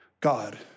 God